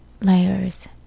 layers